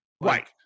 Right